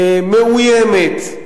מאוימת,